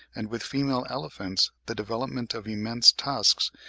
and with female elephants the development of immense tusks,